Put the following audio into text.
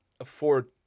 afford